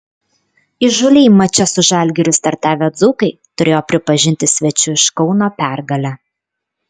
įžūliai mače su žalgiriu startavę dzūkai turėjo pripažinti svečių iš kauno pergalę